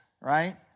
right